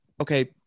okay